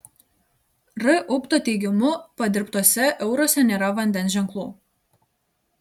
r upto teigimu padirbtuose euruose nėra vandens ženklų